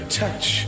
touch